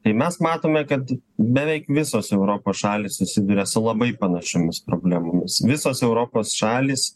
tai mes matome kad beveik visos europos šalys susiduria su labai panašiomis problemomis visos europos šalys